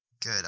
good